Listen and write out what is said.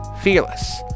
Fearless